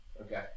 Okay